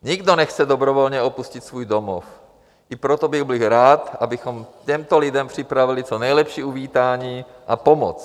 Nikdo nechce dobrovolně opustit svůj domov, i proto bych byl rád, abychom těmto lidem připravili co nejlepší uvítání a pomoc.